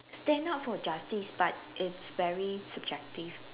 stand up for justice but it's very subjective